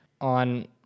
on